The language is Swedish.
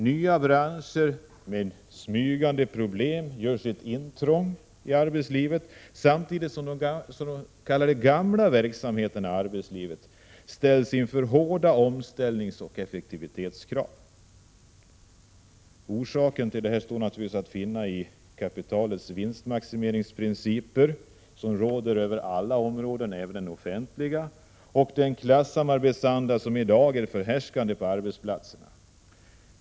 Nya branscher med smygande problem gör sitt intrång i arbetslivet samtidigt som de s.k. gamla verksamheterna ställs inför hårda omställningsoch effektivitetskrav. Orsakerna står naturligtvis att finna i kapitalets vinstmaximeringsprinciper som råder över alla områden, även det offentliga, och den klassamarbetsanda som i dag är förhärskande på arbetsplatserna.